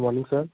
good morning sir